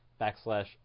backslash